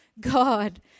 God